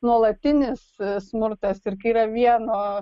nuolatinis smurtas ir kai yra vieno